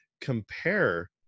compare